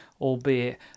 albeit